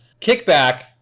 kickback